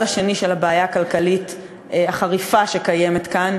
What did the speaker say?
השני של הבעיה הכלכלית החריפה שקיימת כאן.